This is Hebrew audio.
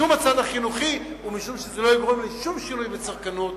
משום הצד החינוכי ומשום שזה לא יגרום לשום שינוי בצרכנות